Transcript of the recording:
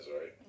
right